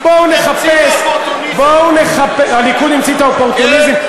בואו נחפש, הליכוד המציא את האופורטוניזם.